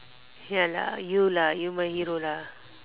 ya lah you lah you my hero lah